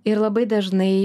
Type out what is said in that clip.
ir labai dažnai